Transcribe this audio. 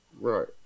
Right